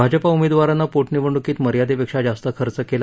भाजपा उमेदवारानं पोटनिवडणुकीत मर्यादेपेक्षा जास्त खर्च केला